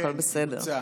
הכול בסדר.